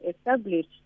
established